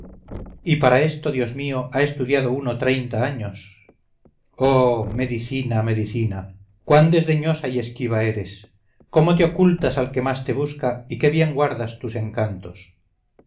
y para esto dios mío ha estudiado uno treinta años oh medicina medicina cuán desdeñosa y esquiva eres cómo te ocultas al que más te busca y qué bien guardas tus encantos